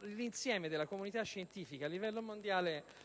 L'insieme della comunità scientifica a livello mondiale, però,